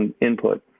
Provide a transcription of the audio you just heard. input